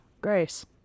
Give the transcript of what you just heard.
Grace